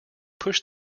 push